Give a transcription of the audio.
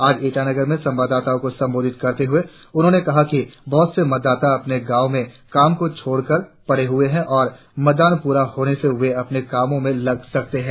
आज ईटानगर में संवाददाताओं को संबोधित करते हुए उन्होंने कहा कि बहुत से मतदाता अपने गांव में काम को छोड़ कर पड़े हुए है और मतदान पूरा होने से वे अपने कामों में लग सकेंगे